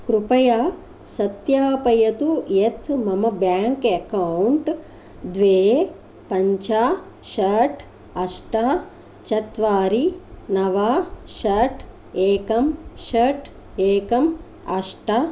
कृपया सत्यपयतु यत् मम् वैंक्अकाउंट द्वे पञ्च षट् अष्ट चत्वारी नव षट एकं षट् एकम् अष्ट